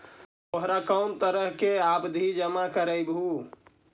तोहरा कौन तरह के आवधि जमा करवइबू